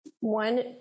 One